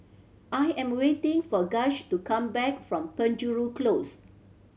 I am waiting for Gaige to come back from Penjuru Close